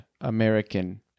American